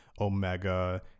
Omega